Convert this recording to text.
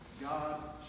God